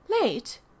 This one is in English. Late